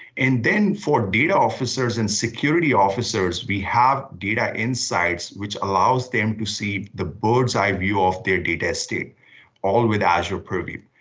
and then for data officers and security officers, we have data insights which allows them to see the bird's eye view of their data estate all with azure purview.